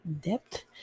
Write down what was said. depth